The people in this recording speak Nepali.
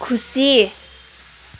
खुसी